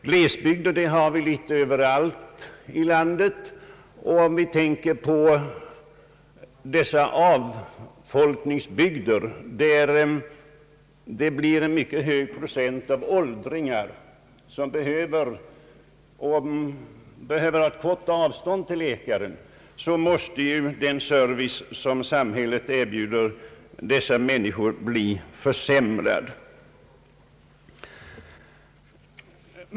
Glesbygder har vi litet varstans i landet, och med tanke på avfolkningsbygderna, som får en mycket hög procent av åldringar med behov av kort avstånd till läkare, måste ju den service som samhället erbjuder dessa människor bli försämrad.